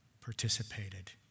participated